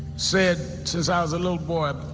said since i was a little boy,